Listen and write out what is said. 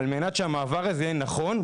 על מנת שהמעבר הזה יהיה נכון,